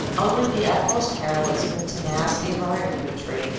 only the utmost heroism and tenacity of our infantry,